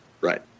Right